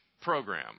program